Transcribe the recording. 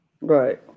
Right